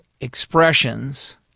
expressions